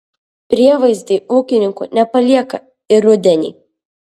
prievaizdai ūkininkų nepalieka ir rudenį